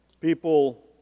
People